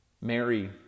Mary